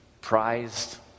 prized